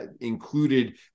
included